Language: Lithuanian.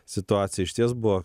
situacija išties buvo